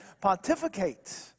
pontificate